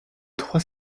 trois